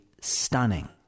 stunning